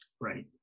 right